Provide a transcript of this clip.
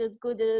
good